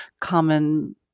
Common